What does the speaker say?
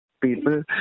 People